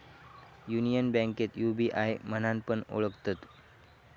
union बैंकेक UBI म्हणान पण ओळखतत